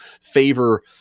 favor